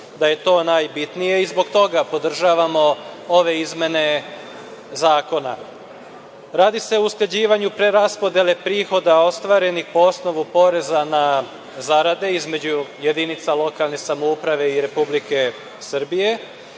da je to najbitnije i zbog toga podržavamo ove izmene zakona. Radi se o usklađivanju preraspodele prihoda ostvarenih po osnovu poreza na zarade između jedinica lokalne samouprave i Republike Srbije